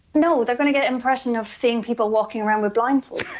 no, they're going to get an impression of seeing people walking around with blindfolds